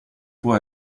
può